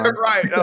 Right